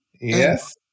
Yes